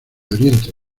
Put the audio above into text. oriente